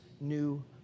new